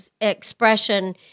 expression